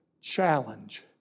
Challenge